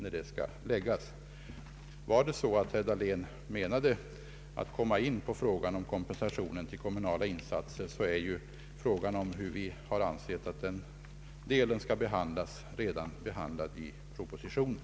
Om det var så att herr Dahlén avsåg att komma in på frågan om kompensation för kommunala insatser, är frågan om hur vi anser att den delen av spörsmålet skall behandlas redan besvarad i propositionen.